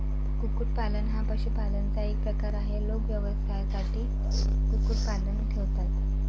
कुक्कुटपालन हा पशुपालनाचा एक प्रकार आहे, लोक व्यवसायासाठी कुक्कुटपालन ठेवतात